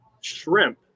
shrimp